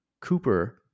Cooper